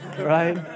right